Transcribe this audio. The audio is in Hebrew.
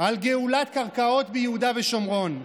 על גאולת קרקעות ביהודה ושומרון.